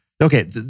Okay